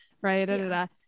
Right